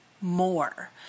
more